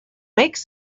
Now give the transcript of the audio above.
makes